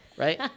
right